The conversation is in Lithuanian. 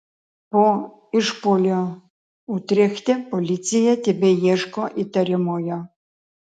po išpuolio utrechte policija tebeieško įtariamojo